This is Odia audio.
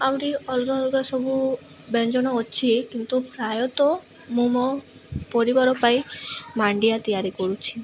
ଆହୁରି ଅଲଗା ଅଲଗା ସବୁ ବ୍ୟଞ୍ଜନ ଅଛି କିନ୍ତୁ ପ୍ରାୟତଃ ମୁଁ ମୋ ପରିବାର ପାଇଁ ମାଣ୍ଡିଆ ତିଆରି କରୁଛି